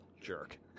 jerk